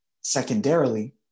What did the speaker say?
Secondarily